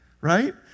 Right